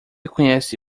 conhece